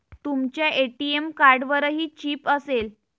तुमच्या ए.टी.एम कार्डवरही चिप असेल